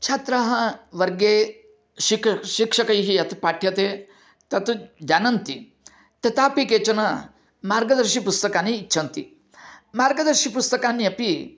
छात्राः वर्गे शिक् शिक्षकै यत् पाठ्यते तत् जानन्ति तथापि केचन मार्गदर्शि पुस्तकानि इच्छन्ति मार्गदर्शि पुस्तकानि अपि